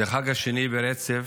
זה החנוכה השני ברצף